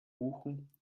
buchen